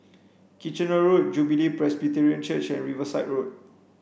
Kitchener Road Jubilee Presbyterian Church and Riverside Road